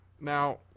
Now